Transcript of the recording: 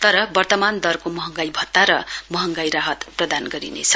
तर वर्तमान दरको महगाईं भत्ता र मंहगाई राहत प्रदान गरिनेछ